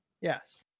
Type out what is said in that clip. Yes